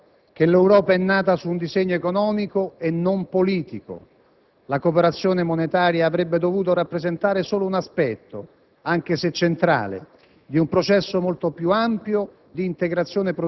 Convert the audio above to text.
Occorre ribadire ancora una volta, onorevoli colleghi, che l'Europa è nata su un disegno economico e non politico; la cooperazione monetaria avrebbe dovuto rappresentare solo un aspetto,